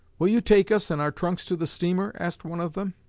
will you take us and our trunks to the steamer asked one of them.